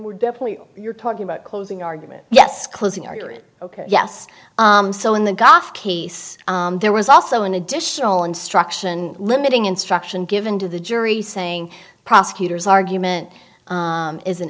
were definitely you're talking about closing argument yes closing argument ok yes so in the goft case there was also an additional instruction limiting instruction given to the jury saying prosecutors argument